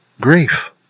grief